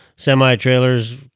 semi-trailers